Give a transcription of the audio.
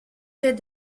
fait